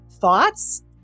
thoughts